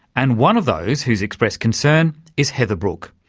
and one of those who's expressed concern is heather brooke,